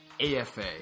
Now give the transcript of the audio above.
AFA